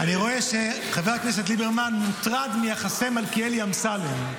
אני רואה שחבר הכנסת ליברמן מוטרד מיחסי מלכיאלי אמסלם.